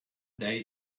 day